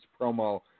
promo